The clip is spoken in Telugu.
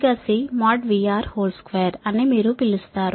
కాబట్టి అని మీరు పిలుస్తారు